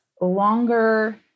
longer